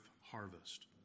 harvest